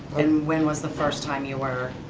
and when was the first time you were